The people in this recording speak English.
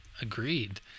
Agreed